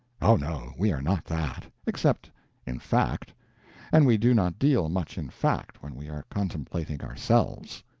oh, no, we are not that. except in fact and we do not deal much in fact when we are contemplating ourselves.